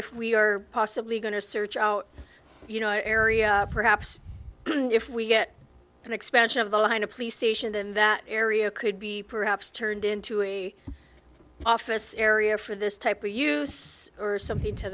if we are possibly going to search out you know our area perhaps if we get an expansion of the line a police station then that area could be perhaps turned into a office area for this type or use or something to